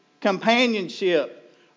companionship